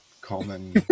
common